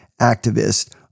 activist